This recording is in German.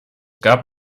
gab